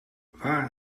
waar